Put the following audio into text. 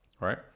Right